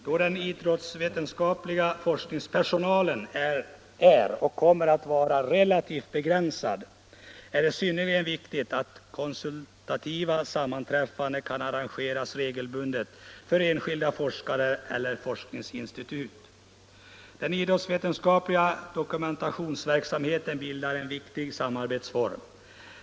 Då den idrottsvetenskapliga forskningspersonalen är och kommer att vara relativt begränsad, är det synnerligen viktigt, att konsultativa sammanträffanden kan arrangeras regelbundet för enskilda forskare eller forskningsinstitut. Den idrottsvetenskapliga dokumentationsverksamheten bildar en viktig samarbetsform.